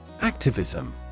Activism